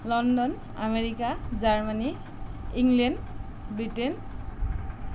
London America Germany England Britain